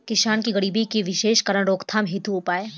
किसान के गरीबी के विशेष कारण रोकथाम हेतु उपाय?